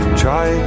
try